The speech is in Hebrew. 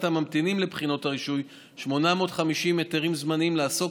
הממתינים לבחינות הרישוי 850 היתרים זמניים לעסוק